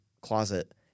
closet